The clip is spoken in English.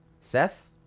Seth